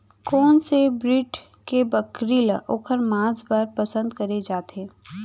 कोन से ब्रीड के बकरी ला ओखर माँस बर पसंद करे जाथे?